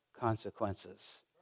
consequences